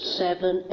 seven